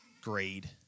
greed